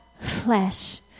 flesh